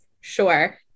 sure